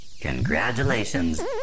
Congratulations